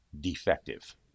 defective